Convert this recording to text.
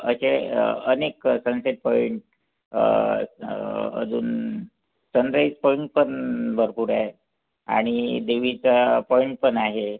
असे अनेक sunset point अजून सनराईज पॉईंट पण भरपूर आहे आणि देवीचा पॉईंट पन आहे